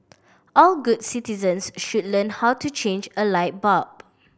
all good citizens should learn how to change a light bulb